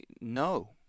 No